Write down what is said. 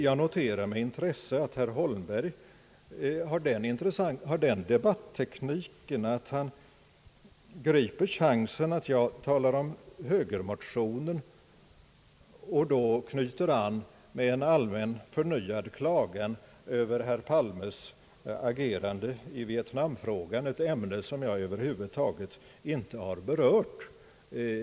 Jag noterar med intresse att herr Holmberg har den debattekniken att han griper chansen när jag talar om högermotionen och då knyter an med en allmän förnyad klagan över herr Palmes agerande i Vietnam-frågan, ett ämne som jag över huvud taget inte har berört.